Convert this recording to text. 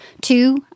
two